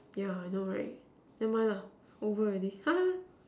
yeah I know right never mind lah over already ha ha